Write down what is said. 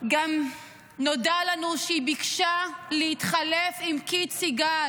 גם נודע לנו שהיא ביקשה להתחלף עם קית' סיגל,